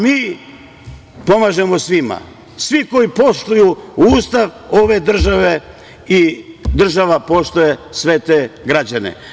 Mi pomažemo svima, svi koji poštuju Ustav ove države i država poštuje sve te građane.